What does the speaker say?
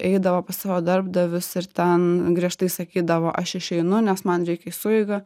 eidavo pas savo darbdavius ir ten griežtai sakydavo aš išeinu nes man reik į sueigą